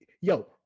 yo